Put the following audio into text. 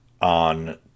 on